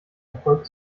erfolgt